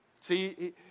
See